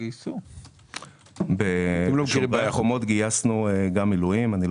גייסנו גם מילואים.